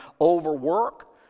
overwork